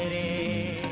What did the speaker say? and a